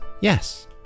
Yes